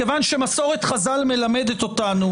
מכיוון שמסורת חז"ל מלמדת אותנו,